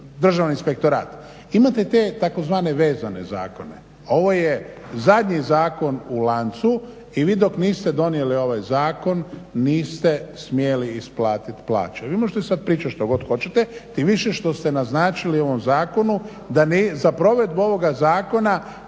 Državni inspektorat. Imate te tzv. vezana zakone a ovo je zadnji zakon u lancu i vi dok niste donijeli ovaj zakon niste smjeli isplatiti plaće. Vi možete sad pričati što god hoćete, tim više što ste naznačili u ovom zakonu da za provedbu ovog zakona